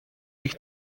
ich